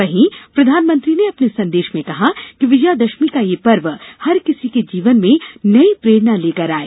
वहीं प्रधानमंत्री ने अपने संदेश में कहा कि विजयादशमी का यह पर्व हर किसी के जीवन में नई प्रेरणा लेकर आये